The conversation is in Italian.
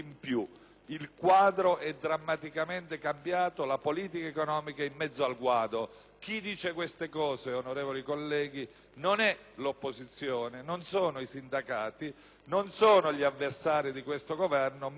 «il quadro è drammaticamente cambiato»; «la politica economica è in mezzo al guado»: chi dice queste cose, onorevoli colleghi, non è l'opposizione, non sono i sindacati, non sono gli avversari di questo Governo, bensì la presidente